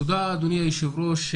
תודה אדוני היושב ראש.